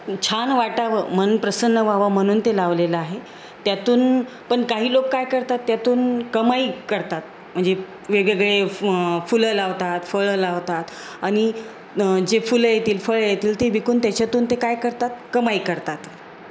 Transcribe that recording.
छान वाटावं मन प्रसन्न व्हावं म्हणून ते लावलेलं आहे त्यातून पण काही लोक काय करतात त्यातून कमाई करतात म्हणजे वेगवेगळे फुलं लावतात फळं लावतात आणि जे फुलं येतील फळं येतील ते विकून त्याच्यातून ते काय करतात कमाई करतात